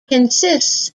consists